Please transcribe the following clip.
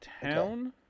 town